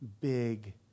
big